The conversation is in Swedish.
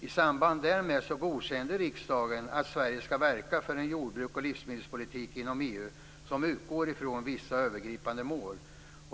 I samband därmed godkände riksdagen att Sverige skall verka för en jordbruks och livsmedelspolitik inom EU som utgår ifrån vissa övergripande mål.